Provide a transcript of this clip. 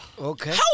Okay